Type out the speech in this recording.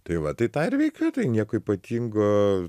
tai va tai tą ir veikiu tai nieko ypatingo